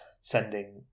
sending